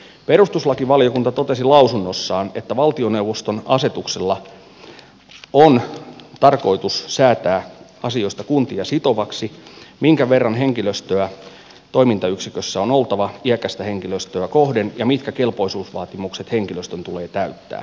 perustuslakivaliokunta totesi lausunnossaan että valtioneuvoston asetuksella on tarkoitus säätää asioista kuntia sitovasti minkä verran henkilöstöä toimintayksikössä on oltava iäkästä henkilöä kohden ja mitkä kelpoisuusvaatimukset henkilöstön tulee täyttää